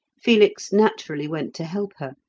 felix naturally went to help her,